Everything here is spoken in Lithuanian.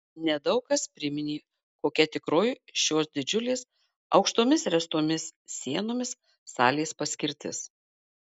nedaug kas priminė kokia tikroji šios didžiulės aukštomis ręstomis sienomis salės paskirtis